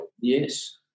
Yes